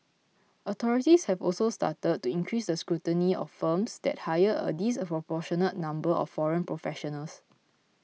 authorities have also started to increase the scrutiny of firms that hire a disproportionate number of foreign professionals